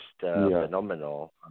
phenomenal